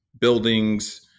buildings